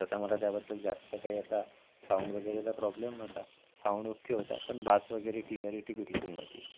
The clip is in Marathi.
तसा मला त्याबद्दल जास्त काही असा साऊंड वगैरेचा प्रॉब्लेम नव्हता साऊंड ओके होता पण बास वगैरे क्लियरीटी बिलकुल नव्हती